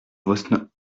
vosne